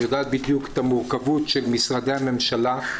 ויודעת בדיוק את המורכבות של משרדי הממשלה.